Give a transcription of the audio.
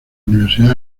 universidad